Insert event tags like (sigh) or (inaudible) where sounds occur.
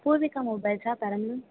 Poorvika மொபைல்ஸா (unintelligible)